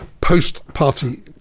post-party